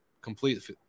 complete